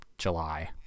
july